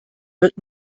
wird